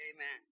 Amen